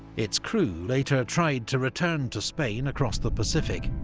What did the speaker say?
its crew later tried to return to spain across the pacific,